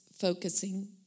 focusing